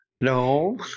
No